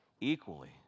equally